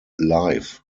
life